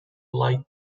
light